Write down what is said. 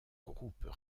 groupes